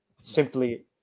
Simply